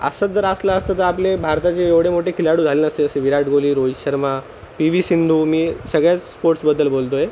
असंच जर असलं असतं तर आपले भारताचे एवढे मोठे खेळाडू झाले नसते जसे विराट कोहली रोहित शर्मा पी व्ही सिंधू मी सगळ्यास स्पोर्ट्सबद्दल बोलतो आहे